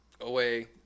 away